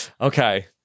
okay